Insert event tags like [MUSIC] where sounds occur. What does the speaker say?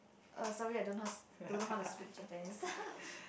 uh sorry I don't know how to s~ don't know how to speak Japanese [LAUGHS]